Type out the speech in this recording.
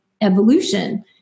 evolution